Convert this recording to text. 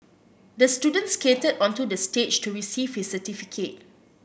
the student skated onto the stage to receive his certificate